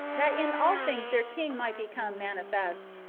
that in all things their king might become manifest.